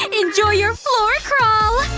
and enjoy your floor crawl!